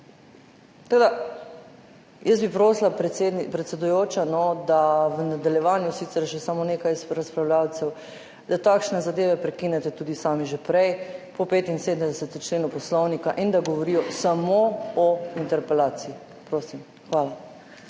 Tako da bi prosila, predsedujoča, v nadaljevanju je sicer še samo nekaj razpravljavcev, da takšne zadeve prekinete tudi sami že prej po 75. členu Poslovnika in da govorijo samo o interpelaciji. Prosim. Hvala.